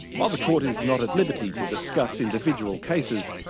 while the court is not at liberty to discuss individual cases,